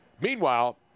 Meanwhile